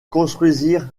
construisirent